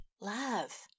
love